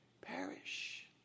perish